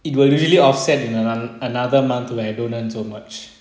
it will usually off set in anoth~ another month where I don't earn so much